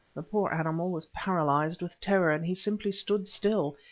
the poor animal was paralyzed with terror, and he simply stood still,